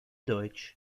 deutsch